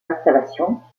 installations